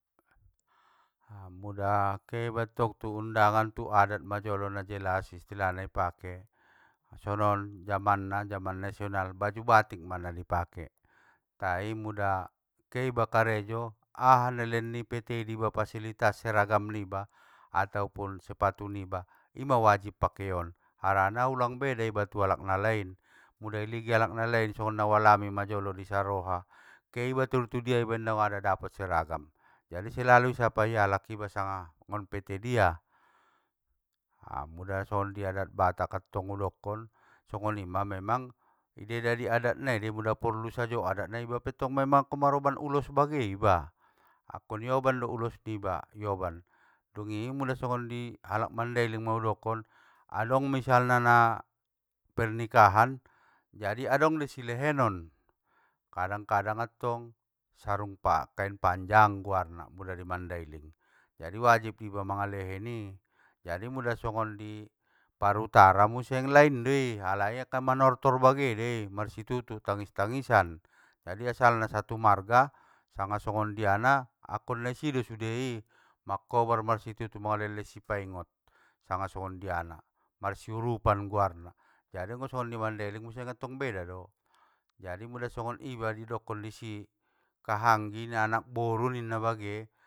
Muda keiba tong tu undangan tuadat majolo najelas istilahna i pake, sonon jaman na jaman nasional baju batikma nadi pake, tai muda keiba karejo aha nai len pt i jiba pasilitas seragam ni iba ataupun sepatu niba ima wajib pakeon, harana ulang beda iba tu alak nalain, muda iligin alak nalain songon nau alami majolo i saroha, keiba turtudia dang nanga dapot seragam, jadi selalu i sapai alak iba, sanga nggon pt dia. Muda songon di adat batak attong udokon, songonima memang idedari adat nai dei, mula sajo porlu adat nai iba pettong memang angkon maroban ulos bage iba, angkon iobando ulos niba, ioban! Dungi mula songonalak mandailing maudokon, adong misalna na pernikahan jadi adong dei silehenon, kadang kadang attong sarung pan- kain panjang guarna muda i mandailing, jadi wajib iba mangalehen i, jadi mula songon i parutara museng lain dei, alai aka manortor bagendei, marsitutu tangis tangisan, jadi! Asalna satu marga sanga songondiana, angkon naisi do sudei i markobar marsitutu mangehen sipaingon sanga songondiana, marsiurupan goarna. Jadi anggo songon di mandailing muse attong beda do, jadi mula songon iba didokkon isi, kahanggi na anakboru ninna bagen.